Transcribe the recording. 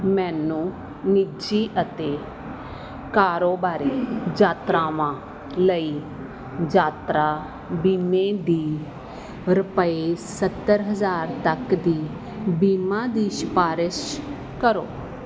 ਮੈਨੂੰ ਨਿੱਜੀ ਅਤੇ ਕਾਰੋਬਾਰੀ ਯਾਤਰਾਵਾਂ ਲਈ ਯਾਤਰਾ ਬੀਮੇ ਦੀ ਰੁਪਏ ਸੱਤਰ ਹਜ਼ਾਰ ਤੱਕ ਦੀ ਬੀਮਾ ਦੀ ਸਿਫ਼ਾਰਸ਼ ਕਰੋ